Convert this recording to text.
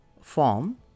form